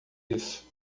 isso